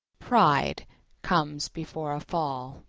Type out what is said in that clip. pride comes before a fall